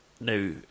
Now